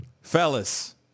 fellas